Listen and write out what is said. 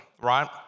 right